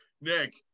Nick